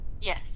Yes